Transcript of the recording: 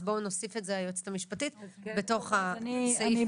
אז בואו נוסיף את זה, היועצת המשפטית, בתוך הסעיף.